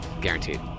Guaranteed